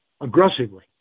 aggressively